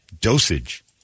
dosage